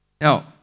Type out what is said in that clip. Now